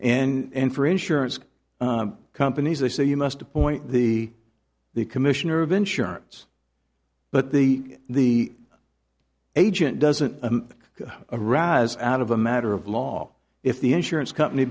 and for insurance companies they say you must appoint the the commissioner of insurance but the the agent doesn't arise out of a matter of law if the insurance company